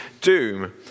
doom